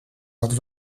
wat